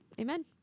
amen